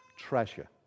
treasure